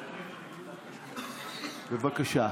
בבקשה.